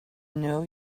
know